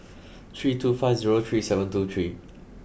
three two five zero three seven two three